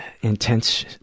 intense